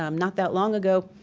um not that long ago,